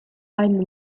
einen